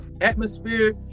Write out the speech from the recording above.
atmosphere